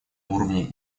уровне